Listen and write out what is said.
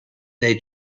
they